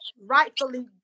rightfully